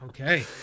Okay